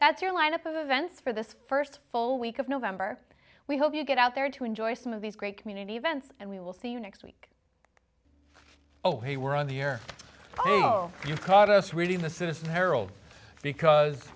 that's your lineup of events for the first full week of november we hope you get out there to enjoy some of these great community events and we will see you next week oh hey we're on the air oh you've caught us reading the citizen herald because